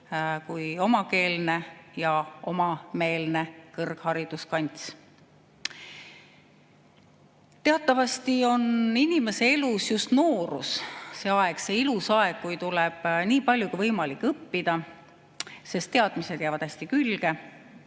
kui omakeelne ja omameelne kõrghariduskants. Teatavasti on inimese elus just noorus see aeg, see ilus aeg, kui tuleb nii palju kui võimalik õppida, sest teadmised jäävad hästi külge.